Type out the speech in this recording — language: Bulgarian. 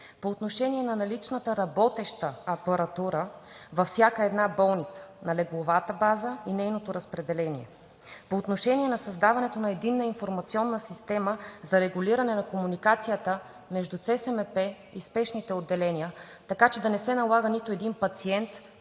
по отношение на наличната работеща апаратура във всяка една болница, на легловата база и нейното разпределение, по отношение на създаването на единна информационна система за регулиране на комуникацията между ЦСМП и спешните отделения, така че да не се налага нито един пациент